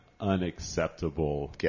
unacceptable